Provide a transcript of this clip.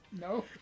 No